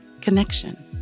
connection